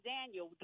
Daniel